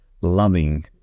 loving